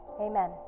amen